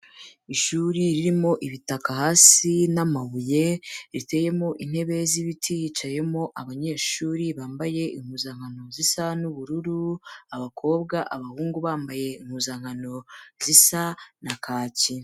Ishuri ririmo ibitaka hasi n'amabuye riteyemo intebe z'ibiti, hicayemo abanyeshuri bambaye impuzankano zisa n'ubururu abakobwa, abahungu bambaye impuzankano zisa na kaki.